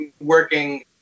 working